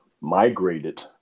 migrated